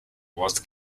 was